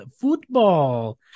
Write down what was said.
football